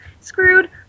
screwed